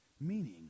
meaning